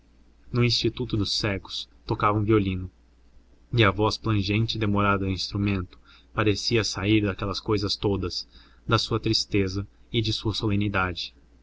no instituto dos cegos tocavam violino e a voz plangente e demorada do instrumento parecia sair daquelas cousas todas da sua tristeza e da sua solenidade